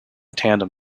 tandem